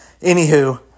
Anywho